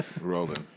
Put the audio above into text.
rolling